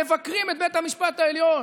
מבקרים את בית-המשפט העליון,